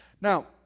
Now